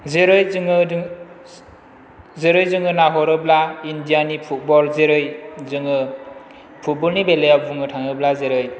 जेरै जोङो जेरै जोङो नाहरोब्ला इण्डियानि फुटबल जेरै जोङो फुटबलनि बेलायाव बुंनो थाङोबा जेरै